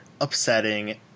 upsetting